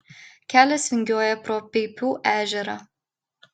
kelias vingiuoja pro peipų ežerą